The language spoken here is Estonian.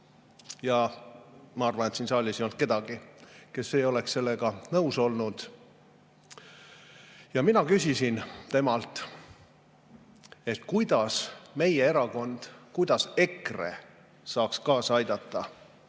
Ma arvan, et siin saalis ei olnud kedagi, kes ei oleks sellega nõus olnud. Ja mina küsisin temalt, et kuidas meie erakond, kuidas EKRE saaks kaasa aidata